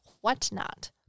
whatnot